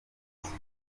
byose